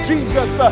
Jesus